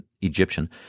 Egyptian